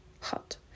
hot